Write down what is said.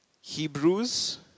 Hebrews